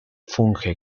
funge